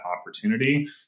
opportunity